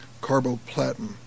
carboplatin